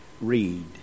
read